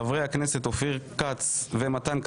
חברי הכנסת אופיר כץ ומתן כהנא,